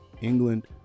England